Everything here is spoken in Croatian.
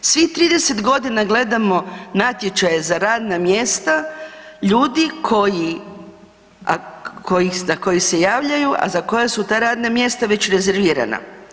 Svih 30 g. gledamo natječaje za radna mjesta, ljudi koji se javljaju a za koje su ta radna mjesta već rezervirana.